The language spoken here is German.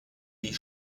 die